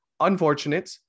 Unfortunate